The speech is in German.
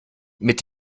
mit